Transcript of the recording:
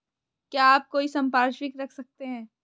क्या आप कोई संपार्श्विक रख सकते हैं?